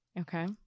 Okay